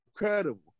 Incredible